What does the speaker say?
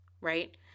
right